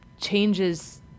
changes